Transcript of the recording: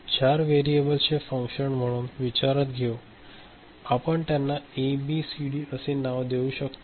चार व्हेरिएबल्सचे फंक्शन म्हणून विचारात घेऊ आपण त्यांना ए बी सी डी असे नाव सुद्धा देऊ शकतो